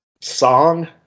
song